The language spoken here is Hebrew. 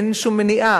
אין לי שום מניעה.